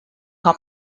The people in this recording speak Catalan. com